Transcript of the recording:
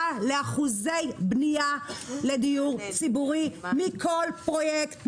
לאחוזי בנייה לדיור ציבורי מכל פרויקט ממשלתי.